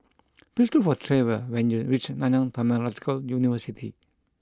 please look for Trevor when you reach Nanyang Technological University